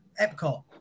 Epcot